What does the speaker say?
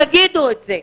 תגידו את זה.